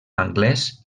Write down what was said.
anglès